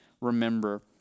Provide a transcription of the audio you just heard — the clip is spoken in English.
remember